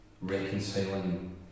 reconciling